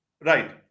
Right